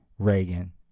Reagan